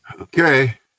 Okay